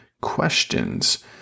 questions